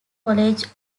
college